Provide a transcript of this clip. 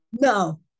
no